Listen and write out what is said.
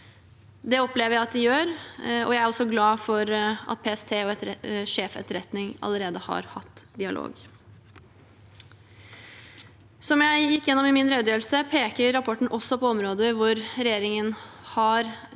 Det opplever jeg at de gjør, og jeg er glad for at PST og sjef Etterretningstjenesten allerede har hatt dialog. Som jeg gikk gjennom i min redegjørelse, peker rapporten også på områder hvor regjeringen har